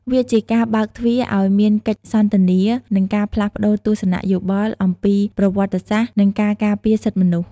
វាជាការបើកទ្វារឱ្យមានកិច្ចសន្ទនា និងការផ្លាស់ប្តូរទស្សនៈយោបល់អំពីប្រវត្តិសាស្ត្រ និងការការពារសិទ្ធិមនុស្ស។